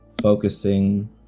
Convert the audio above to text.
focusing